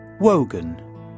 Wogan